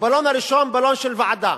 הבלון הראשון, בלון של ועדה,